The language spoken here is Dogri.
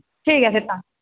ठीक ऐ फिर तां